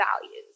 values